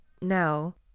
now